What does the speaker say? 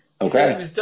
Okay